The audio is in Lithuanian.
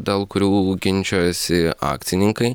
dėl kurių ginčijosi akcininkai